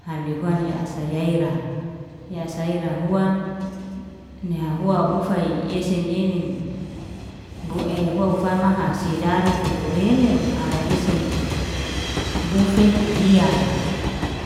Haley huan ya asya ai ra, ya saira huan, ni hahua ufay esen enin, bu'e hua ufa mah si dari tu berelem ara isin, boufe dial.